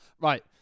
Right